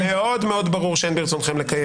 מאוד מאוד ברור שאין ברצונכם לקיים